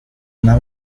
una